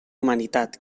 humanitat